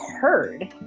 heard